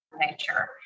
nature